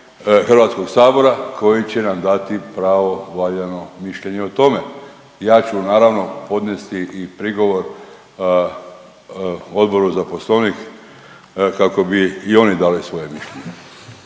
za Poslovnik HS-a koji će na dati pravovaljano mišljenje o tome. Ja ću naravno podnesti i prigovor Odboru za poslovnik kako bi i oni dali svoje mišljenje.